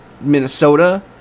Minnesota